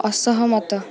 ଅସହମତ